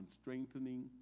strengthening